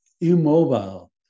immobile